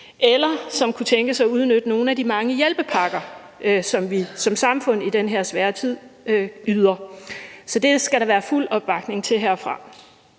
eller som kunne tænkes at udnytte nogle af de mange hjælpepakker, som vi som samfund i den her svære tid yder. Så det skal der være fuld opbakning til herfra.